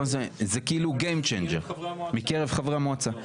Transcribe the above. כאילו גיים צ'יינג'ר מקרב חברי המועצה,